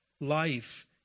life